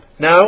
Now